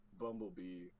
Bumblebee